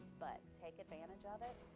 but take advantage of it.